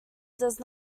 does